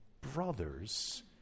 brothers